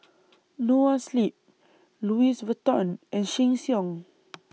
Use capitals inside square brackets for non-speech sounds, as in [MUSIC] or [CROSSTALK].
[NOISE] Noa Sleep Louis Vuitton and Sheng Siong [NOISE]